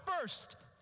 first